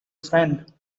friend